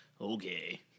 Okay